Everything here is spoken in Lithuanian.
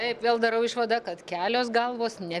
taip vėl darau išvadą kad kelios galvos ne